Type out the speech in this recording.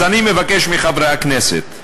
אז אני מבקש מחברי הכנסת: